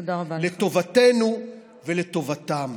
לטובתנו ולטובתם,